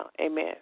Amen